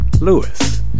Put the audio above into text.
Lewis